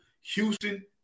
Houston